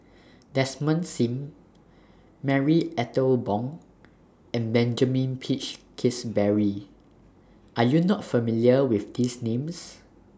Desmond SIM Marie Ethel Bong and Benjamin Peach Keasberry Are YOU not familiar with These Names